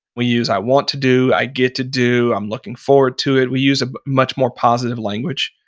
we use, i want to do, i get to do, i'm looking forward to it. we use a much more positive language.